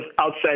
outside